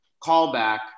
callback